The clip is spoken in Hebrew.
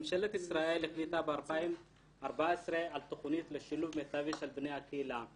ממשלת ישראל החליטה ב-2014 על תכנית לשילוב מיטבי של בני הקהילה,